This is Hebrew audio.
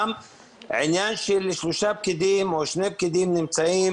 גם עניין של שלושה פקידים או שני פקידים נמצאים